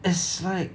it's like